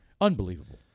Unbelievable